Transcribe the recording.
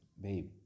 babe